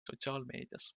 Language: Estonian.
sotsiaalmeedias